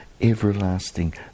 everlasting